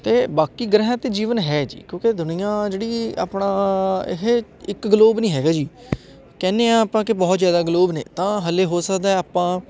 ਅਤੇ ਬਾਕੀ ਗ੍ਰਹਿਆਂ 'ਤੇ ਜੀਵਨ ਹੈ ਜੀ ਕਿਉਂਕਿ ਦੁਨੀਆਂ ਜਿਹੜੀ ਆਪਣਾ ਇਹ ਇੱਕ ਗਲੋਬ ਨਹੀਂ ਹੈਗਾ ਜੀ ਕਹਿੰਦੇ ਹਾਂ ਆਪਾਂ ਕਿ ਬਹੁਤ ਜ਼ਿਆਦਾ ਗਲੋਬ ਨੇ ਤਾਂ ਹਾਲੇ ਹੋ ਸਕਦਾ ਆਪਾਂ